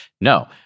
No